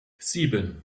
sieben